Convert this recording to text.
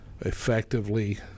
Effectively